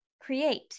create